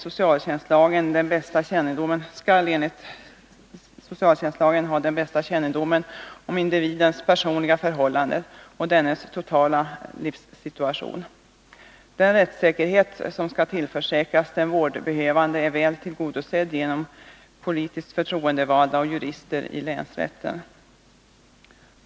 Socialnämnden skall ju enligt socialtjänstlagen ha den bästa kännedomen om individens personliga förhållanden och dennes totala livssituation. Den rättssäkerhet som skall tillförsäkras den vårdbehövande är väl tillgodosedd genom politiskt förtroendevalda och jurister i länsrätten.